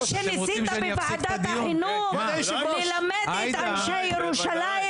שניסית בוועדת החינוך ללמד את אנשי ירושלים?